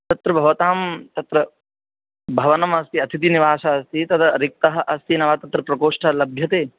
तत्र भवतां तत्र भवनमस्ति अतिथिनिवासः अस्ति तद् रिक्तः अस्ति न वा तत्र प्रकोष्ठः लभ्यते